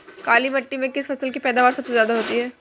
काली मिट्टी में किस फसल की पैदावार सबसे ज्यादा होगी?